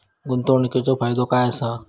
गुंतवणीचो फायदो काय असा?